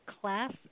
class